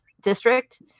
district